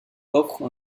offre